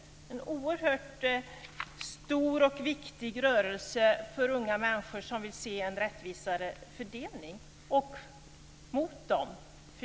Det är en oerhört stor och viktig rörelse för unga människor som vill se en rättvisare fördelning.